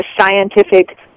scientific